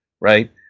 right